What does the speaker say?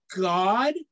God